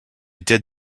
did